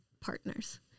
partners